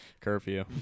Curfew